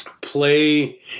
play –